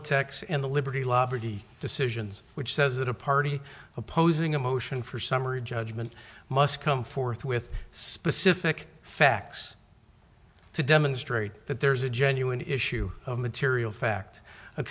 attacks and the liberty law pretty decisions which says that a party opposing a motion for summary judgment must come forth with specific facts to demonstrate that there is a genuine issue of material fact a